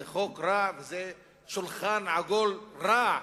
זה חוק רע ושולחן עגול רע,